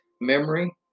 memory